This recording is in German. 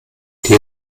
die